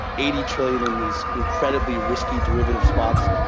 eighty trillion in these incredibly risky derivative swaps.